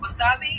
Wasabi